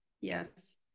Yes